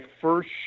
first